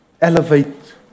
elevate